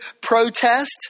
protest